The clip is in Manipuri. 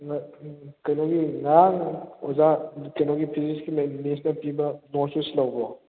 ꯉꯥ ꯀꯩꯅꯣꯒꯤ ꯉꯔꯥꯡ ꯑꯣꯖꯥ ꯀꯩꯅꯣꯒꯤ ꯐꯤꯖꯤꯛꯁꯀꯤ ꯂꯩ ꯃꯤꯁꯅ ꯄꯤꯕ ꯅꯣꯠꯁꯇꯨ ꯁꯤꯜꯍꯧꯕ꯭ꯔꯣ